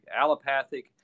Allopathic